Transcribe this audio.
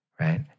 right